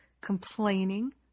complaining